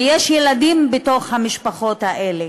ויש ילדים במשפחות האלה.